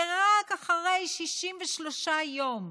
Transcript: רק אחרי 63 יום,